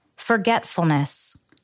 forgetfulness